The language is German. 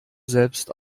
selbst